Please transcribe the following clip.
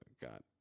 got